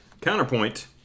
Counterpoint